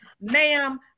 ma'am